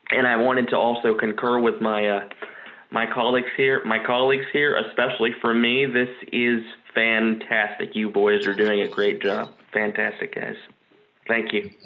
and i wanted to also concur with my ah my colleagues here my colleagues here especially for me, this is fantastic. you boys are doing a great job fantastic guys thank you.